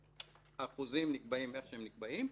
האחוזים נקבעים איך שהם נקבעים,